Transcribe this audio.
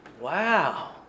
wow